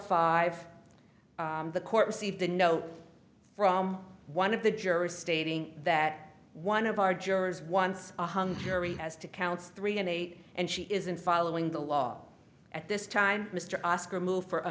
five the court received a note from one of the jurors stating that one of our jurors wants a hung jury as to counts three and eight and she isn't following the law at this time mr oscar move for a